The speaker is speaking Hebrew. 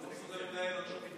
אתם לא מסוגלים לנהל אותו.